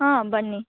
ಹಾಂ ಬನ್ನಿ